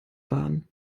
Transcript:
waren